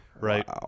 right